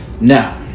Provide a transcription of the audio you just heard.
Now